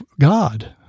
god